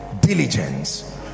diligence